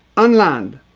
on land,